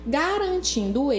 garantindo